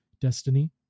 destiny